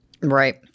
Right